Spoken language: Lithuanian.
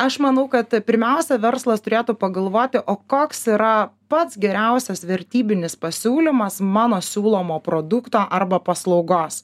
aš manau kad pirmiausia verslas turėtų pagalvoti o koks yra pats geriausias vertybinis pasiūlymas mano siūlomo produkto arba paslaugos